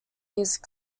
music